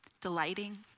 delighting